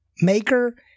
maker